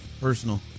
personal